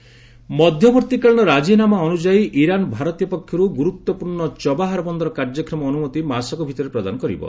India Iran ମଧ୍ୟବର୍ତ୍ତୀକାଳୀନ ରାଜିନାମା ଅନୁଯାୟୀ ଇରାନଭାରତୀୟ ପକ୍ଷରୁ ଗୁରୁତ୍ୱପୂର୍ଣ୍ଣ ଚବାହାର ବନ୍ଦର କାର୍ଯ୍ୟକ୍ଷମ ଅନୁମତି ମାସକ ଭିତରେ ପ୍ରଦାନ କରିବ